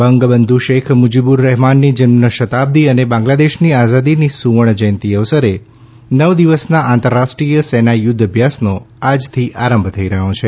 બંગબંધુ શેખ મુજીબુર રહેમાનની જન્મ શતાબ્દી અને બાંગ્લાદેશની આઝાદીની સુવર્ણજયંતિ અવસરે નવ દિવસના આંતરરાષ્ટ્રીય સેના યુદ્ધ અભ્યાસનો આજથી આરંભ થઈ રહ્યો છે